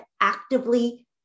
actively